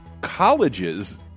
colleges